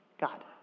God